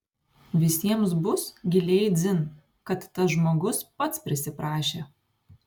visiems bus giliai dzin kad tas žmogus pats prisiprašė